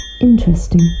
Interesting